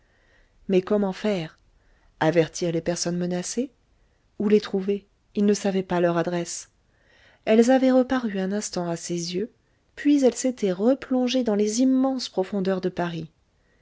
mais comment faire avertir les personnes menacées où les trouver il ne savait pas leur adresse elles avaient reparu un instant à ses yeux puis elles s'étaient replongées dans les immenses profondeurs de paris